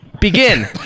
Begin